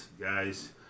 guys